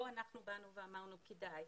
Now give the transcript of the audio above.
לא אנחנו היינו אלה שבאנו ואמרנו שזה כדאי.